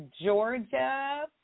Georgia